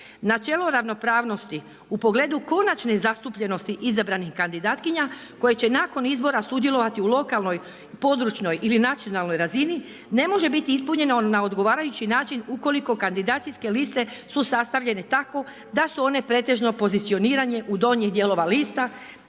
Načelo ravnopravnosti u pogledu konačne zastupljenosti izabranih kandidatkinja koje će nakon izbora sudjelovati u lokalnoj, područnoj ili nacionalnoj razini ne može biti ispunjeno na odgovarajući način ukoliko kandidacijske liste su sastavljene tako da su one pretežno pozicionirane u donje dijelove lista